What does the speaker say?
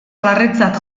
larritzat